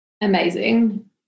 amazing